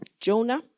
Jonah